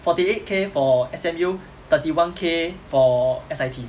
forty eight K for S_M_U thirty one K for S_I_T